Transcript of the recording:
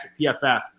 PFF